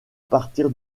partir